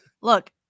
Look